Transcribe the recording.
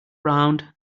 round